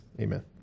Amen